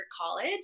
college